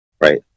right